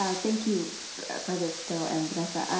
ah thank you for this phil and vanessa.